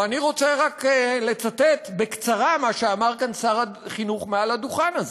ואני רוצה רק לצטט בקצרה מה שאמר כאן שר החינוך מעל לדוכן הזה.